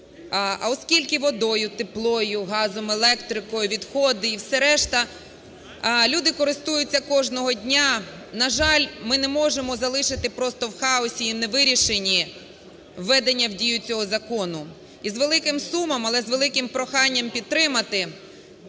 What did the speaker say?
А оскільки водою, теплом, газом, електрикою, відходи і все решта люди користуються кожного дня, на жаль, ми не можемо залишити просто в хаосі і не у вирішенні введення в дію цього закону. І з великим сумом, але з великим проханням підтримати